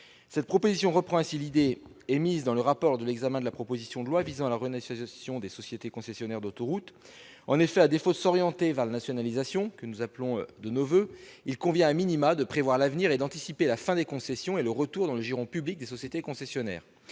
cette proposition reprend ainsi l'idée émise dans le rapport de l'examen de la proposition de loi visant à la renégociation des sociétés concessionnaires d'autoroutes, en effet, à défaut de s'orienter vers la nationalisation, que nous appelons de nos voeux, il convient, a minima, de prévoir l'avenir et d'anticiper la fin des concessions et le retour dans le giron public des sociétés concessionnaires